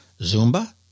Zumba